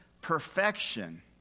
perfection